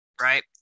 right